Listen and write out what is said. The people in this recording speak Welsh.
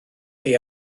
chi